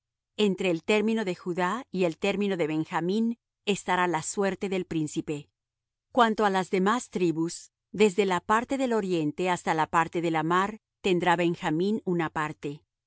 entre el término de judá y el término de benjamín estará la suerte del príncipe cuanto á las demás tribus desde la parte del oriente hasta la parte de la mar tendrá benjamín una parte